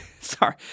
sorry